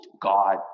God